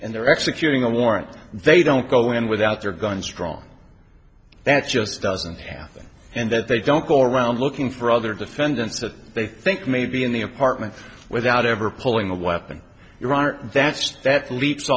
and they're executing a warrant they don't go in without their guns drawn that just doesn't happen and that they don't go around looking for other defendants that they think may be in the apartment without ever pulling a weapon your honor that's that lea